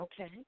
Okay